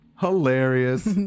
Hilarious